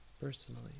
personally